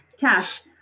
Cash